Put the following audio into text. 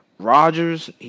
Rodgers